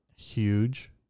huge